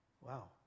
Wow